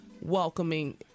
welcoming